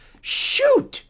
shoot